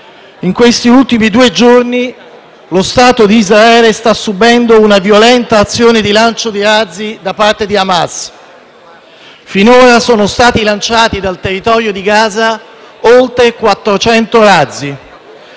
In questi ultimi due giorni lo Stato di Israele sta subendo una violenta azione di lancio di razzi da parte di Hamas. Finora sono stati lanciati dal territorio di Gaza oltre 400 razzi.